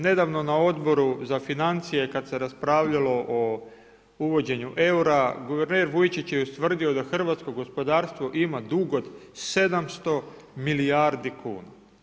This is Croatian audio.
Nedavno na Odboru za financije, kad se raspravljalo o uvođenju eura, guverner Vujčić je ustvrdio da hrvatsko gospodarstvo ima dug od 700 milijardi kuna.